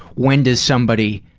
when does somebody,